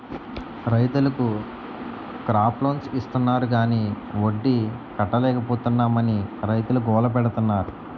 రైతులకు crop loans ఇస్తాన్నారు గాని వడ్డీ కట్టలేపోతున్నాం అని రైతులు గోల పెడతన్నారు